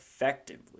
effectively